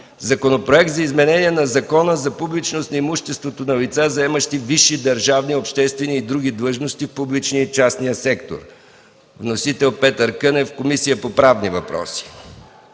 Законопроект за изменение на Закона за публичност на имуществото на лица, заемащи висши държавни, обществени и други длъжности в публичния и частния сектор. Вносител – Петър Кънев. Разпределен е на Комисията по правни въпроси.